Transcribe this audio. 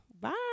Bye